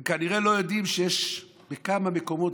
הם כנראה לא יודעים שיש כמה מקומות,